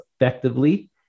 effectively